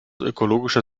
ökologischer